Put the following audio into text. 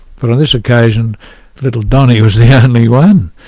but on this occasion little donnie was the only one,